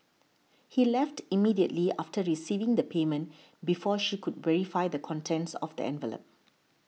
he left immediately after receiving the payment before she could verify the contents of the envelope